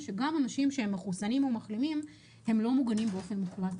הכנתי את זה גם לוועדת